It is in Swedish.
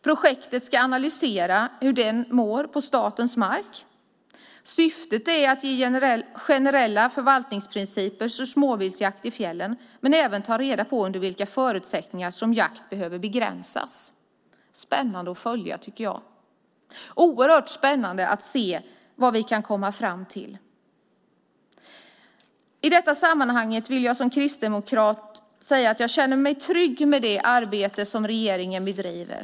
Projektet ska analysera hur den mår på statens mark. Syftet är att ge generella förvaltningsprinciper för småviltsjakt i fjällen och även ta reda på under vilka förutsättningar som jakt behöver begränsas. Detta är spännande att följa, tycker jag. I detta sammanhang vill jag som kristdemokrat säga att jag känner mig trygg med det arbete som regeringen bedriver.